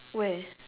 where